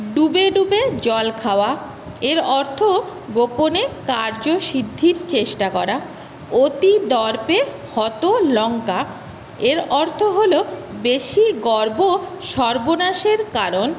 ডুবে ডুবে জল খাওয়া এর অর্থ গোপনে কার্যসিদ্ধির চেষ্টা করা অতি দর্পে হত লঙ্কা এর অর্থ হল বেশি গর্ব সর্বনাশের কারণ